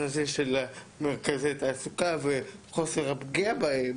של מרכזי התעסוקה וחוסר הפגיעה בהם